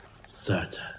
certain